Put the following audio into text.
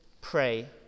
pray